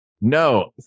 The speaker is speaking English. No